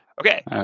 okay